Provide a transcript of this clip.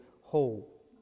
whole